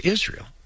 Israel